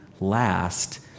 last